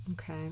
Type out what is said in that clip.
Okay